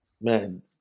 Man